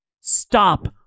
Stop